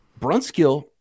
Brunskill